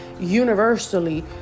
universally